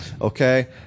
Okay